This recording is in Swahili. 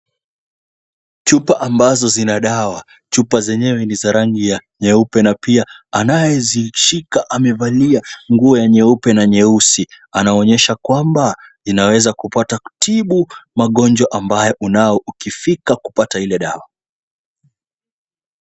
Chupa ambazo zina dawa. Chupa zenyewe ni za rangi ya nyeupe na pia anayezishika amevalia nguo ya nyeupe na nyeusi. Anaonyesha kwamba inaweza kupata kutibu magonjwa ambayo unayo ukifika kupata ile dawa.